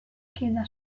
queda